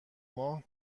ماه